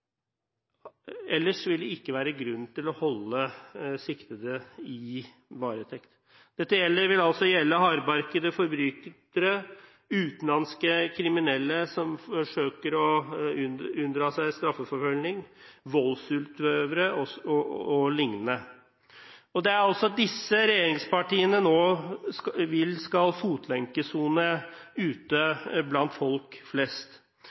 ellers vil det ikke være grunn til å holde siktede i varetekt. Dette vil altså gjelde hardbarkede forbrytere, utenlandske kriminelle som forsøker å unndra seg straffeforfølgning, voldsutøvere o.l., og det er altså disse som regjeringspartiene nå vil skal fotlenkesone ute blant folk flest.